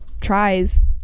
tries